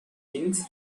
kings